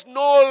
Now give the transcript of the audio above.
no